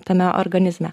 tame organizme